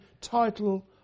title